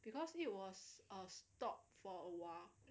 because it was uh stop for awhile